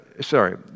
Sorry